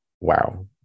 wow